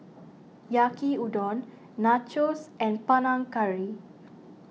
Yaki Udon Nachos and Panang Curry